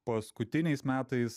paskutiniais metais